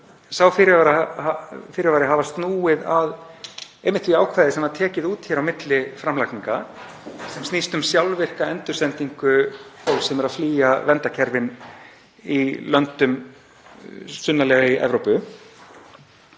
sá fyrirvari hafa snúið að því ákvæði sem var tekið út hér á milli framlagninga, sem snýst um sjálfvirka endursendingu fólks sem er að flýja verndarkerfi í löndum sunnarlega í Evrópu.